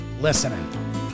listening